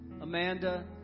Amanda